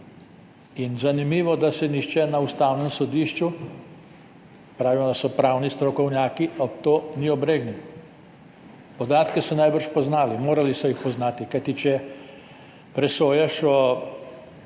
in zanimivo, da se nihče na Ustavnem sodišču, pravijo, da so pravni strokovnjaki, ob to ni obregnil. Podatke so najbrž poznali, morali so jih poznati, kajti če presojaš o